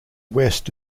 west